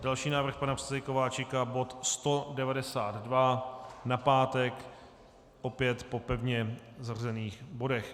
Další návrh pana předsedy Kováčika bod 192 na pátek opět po pevně zařazených bodech.